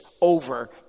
over